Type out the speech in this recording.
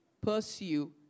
pursue